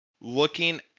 looking